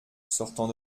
sortant